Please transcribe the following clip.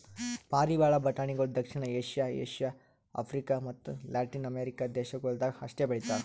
ಪಾರಿವಾಳ ಬಟಾಣಿಗೊಳ್ ದಕ್ಷಿಣ ಏಷ್ಯಾ, ಏಷ್ಯಾ, ಆಫ್ರಿಕ ಮತ್ತ ಲ್ಯಾಟಿನ್ ಅಮೆರಿಕ ದೇಶಗೊಳ್ದಾಗ್ ಅಷ್ಟೆ ಬೆಳಿತಾರ್